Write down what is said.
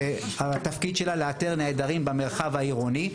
שהתפקיד שלה הוא לאתר נעדרים במרחב העירוני.